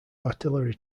artillery